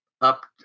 up